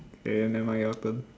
K never mind your turn